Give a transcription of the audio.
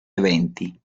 eventi